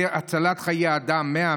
100,